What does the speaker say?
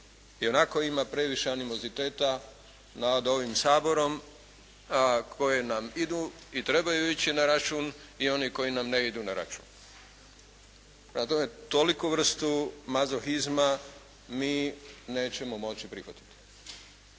Ionako ima previše animoziteta nad ovim Saborom, koje nam idu i trebaju ići na račun i oni koji nam ne idu na račun. Prema tome, toliku vrstu mazohizma mi nećemo moći prihvatiti.